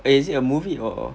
eh is it a movie or